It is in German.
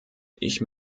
ich